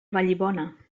vallibona